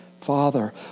Father